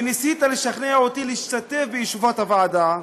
וניסית לשכנע אותי להשתתף בישיבות הוועדה.